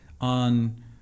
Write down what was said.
on